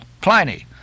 Pliny